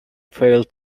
failed